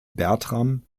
bertram